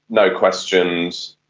no questions,